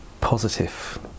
positive